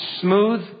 smooth